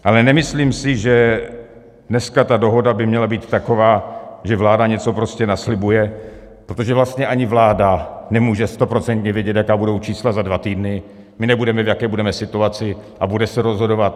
Ale nemyslím si, že dneska by ta dohoda měla být taková, že vláda něco prostě naslibuje, protože vlastně ani vláda nemůže stoprocentně vědět, jaká budou čísla za dva týdny, my nebudeme vědět, v jaké budeme situaci, a bude se rozhodovat.